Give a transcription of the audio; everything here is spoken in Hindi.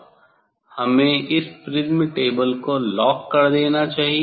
हमें इस प्रिज्म टेबल को लॉक कर देना चाहिए